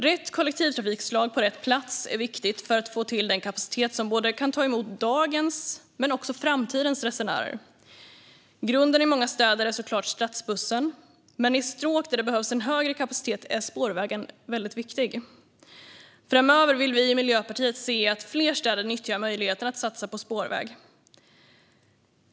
Rätt kollektivtrafikslag på rätt plats är viktigt för att få till den kapacitet som kan ta emot både dagens och framtidens resenärer. Grunden i många städer är såklart stadsbussen, men i stråk där det behövs en högre kapacitet är spårvägen viktig. Framöver vill vi i Miljöpartiet se att fler städer nyttjar möjligheten att satsa på spårväg.